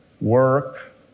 work